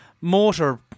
motor